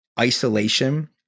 isolation